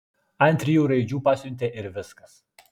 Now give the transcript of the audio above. ant trijų raidžių pasiuntė ir viskas